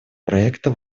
проекта